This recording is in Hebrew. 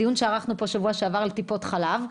בדיון שערכנו פה בשבוע שעבר על טיפות חלב,